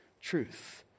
truth